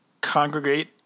congregate